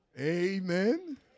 Amen